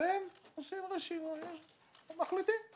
והם עושים רשימות, הם מחליטים,